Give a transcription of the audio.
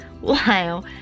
Wow